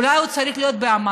אולי הוא צריך להיות באמנה.